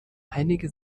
einige